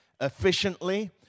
efficiently